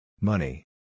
Money